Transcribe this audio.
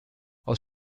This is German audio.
aus